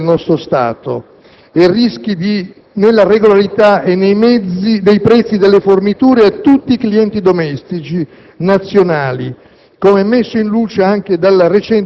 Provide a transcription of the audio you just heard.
necessario per evitare sanzioni al nostro Stato e rischi nella regolarità e nei prezzi delle forniture a tutti i clienti domestici nazionali,